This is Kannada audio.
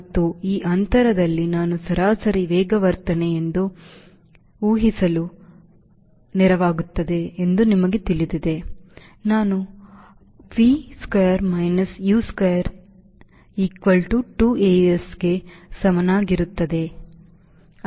ಮತ್ತು ಈ ಅಂತರದಲ್ಲಿ ನಾನು ಸರಾಸರಿ ವೇಗವರ್ಧನೆ ಎಂದು if ಹಿಸಿದರೆ ಅದು ಆಗುತ್ತದೆ ಎಂದು ನಿಮಗೆ ತಿಳಿದಿದೆ ನಾನು V square minus U square equal to 2 a s ಗೆ ಸಮನಾಗಿರುತ್ತದೆ